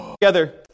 Together